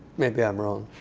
maybe i'm wrong.